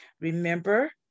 Remember